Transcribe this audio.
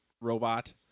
robot